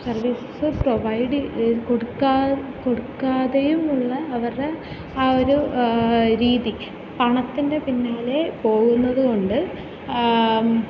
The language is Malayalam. സർവീസസ് പ്രൊവൈഡ് കൊടുക്കുക കൊടുക്കാതെയുമുള്ള അവരുടെ ആ ഒരു രീതി പണത്തിൻ്റെ പിന്നാലെ പോകുന്നതു കൊണ്ട്